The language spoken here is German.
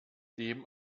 dem